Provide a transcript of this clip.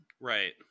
Right